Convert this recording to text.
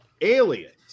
Aliens